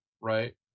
right